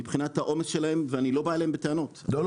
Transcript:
מבחינת העומס שלהם ואני לא בא אליהם בטענות --- לא,